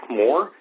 more